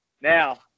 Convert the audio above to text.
Now